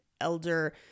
elder